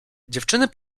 dziewczyny